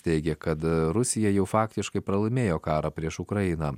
teigė kad rusija jau faktiškai pralaimėjo karą prieš ukrainą